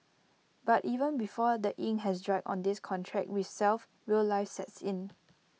but even before the ink has dried on this contract with self real life sets in